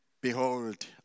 Behold